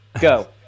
go